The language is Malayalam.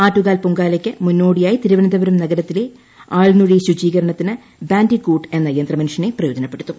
ആറ്റുകാൽ പ്പൊങ്കാലയ്ക്ക് മുന്നോടിയായി തിരുവനന്തപുരം നിക്ര്ത്തിലെ ആൾനുഴികൾ ശുചീകരണത്തിന് ബാൻഡിക്കൂട്ട് എന്ന യന്ത്രമനുഷ്യനെ പ്രയോജനിപ്പെടുത്തും